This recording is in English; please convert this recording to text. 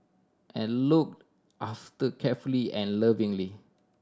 and look after carefully and lovingly